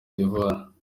d’ivoire